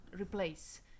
replace